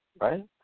right